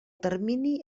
termini